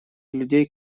людей